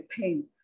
pain